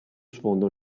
sfondo